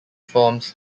forms